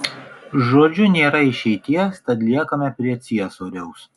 žodžiu nėra išeities tad liekame prie ciesoriaus